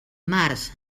març